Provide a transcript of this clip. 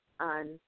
on